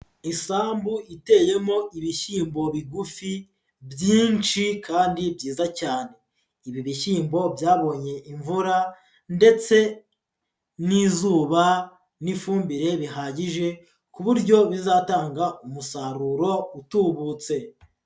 Isambu iteyemo ibishyimbo bigufi byinshi kandi byiza cyane, ibi bishyimbo byabonye imvura ndetse n'izuba n'ifumbire bihagije, ku buryo bizatanga umusaruro utubutse.